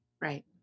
Right